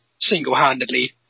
single-handedly